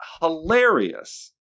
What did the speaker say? hilarious